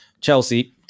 Chelsea